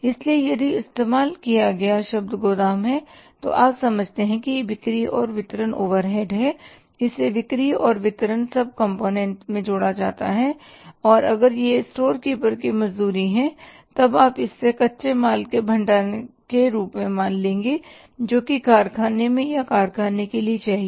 इसलिए यदि इस्तेमाल किया गया शब्द गोदाम है तो आप समझते हैं कि यह बिक्री और वितरण ओवरहेड है और इसे विक्री और वितरण सब कंपोनेंट्स में जोड़ा जाना है और अगर यह स्टोर कीपर की मजदूरी है तब आप इससे कच्चे माल के भंडारण के रूप में मान लेंगे जोकि कारखाने में या कारखाने के लिए चाहिए